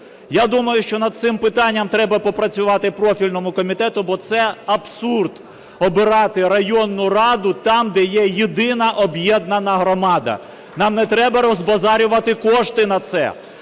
Я думаю, що над цим питанням треба попрацювати профільному комітету, бо це абсурд - обирати районну раду там, де є єдина об'єднана громада. Нам не треба розбазарювати кошти на це,